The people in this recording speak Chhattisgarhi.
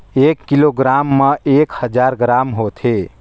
एक किलोग्राम म एक हजार ग्राम होथे